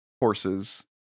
horses